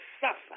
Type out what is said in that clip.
suffer